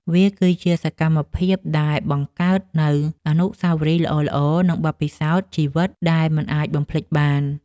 វាគឺជាសកម្មភាពដែលបង្កើតនូវអនុស្សាវរីយ៍ល្អៗ និងបទពិសោធន៍ជីវិតដែលមិនអាចបំភ្លេចបាន។